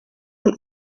und